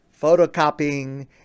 photocopying